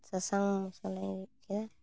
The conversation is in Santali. ᱥᱟᱥᱟᱝ ᱢᱚᱥᱞᱟᱧ ᱨᱤᱫ ᱠᱮᱫᱟ